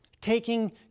taking